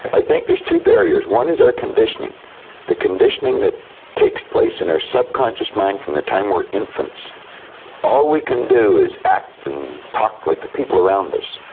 i think there's two barriers. one is our conditioning the conditioning that takes place in our subconscious mind, from the time we're infants all we can do is act and talk like the people around us.